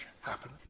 happen